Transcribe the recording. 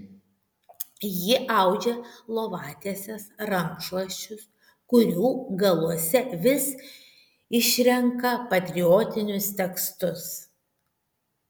ji audžia lovatieses rankšluosčius kurių galuose vis išrenka patriotinius tekstus